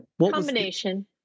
Combination